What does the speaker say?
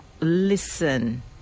Listen